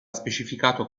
specificato